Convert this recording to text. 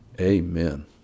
Amen